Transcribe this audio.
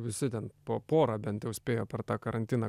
visi ten po porą bent jau spėjo per tą karantiną